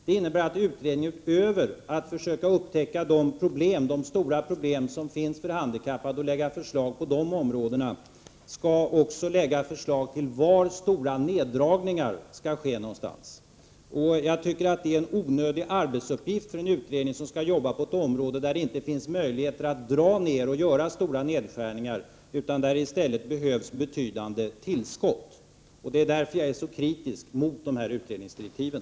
Det innebär att utredningen utöver att försöka upptäcka de stora problem som finns för handikappade och lägga fram förslag på dessa områden också skall lägga fram förslag till var någonstans stora neddragningar skall ske. Det är en onödig arbetsuppgift för en utredning som skall arbeta på ett område där det inte finns möjligheter att göra stora nedskärningar utan där det i stället behövs betydande tillskott. Det är därför jag är så kritisk mot utredningsdirektiven.